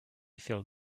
feel